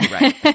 Right